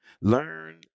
Learn